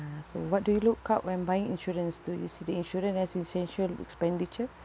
so what do you look out when buying insurance do you see the insurance as essential expenditure